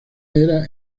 era